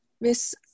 miss